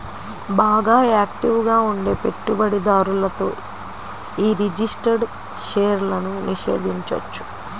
బాగా యాక్టివ్ గా ఉండే పెట్టుబడిదారులతో యీ రిజిస్టర్డ్ షేర్లను నిషేధించొచ్చు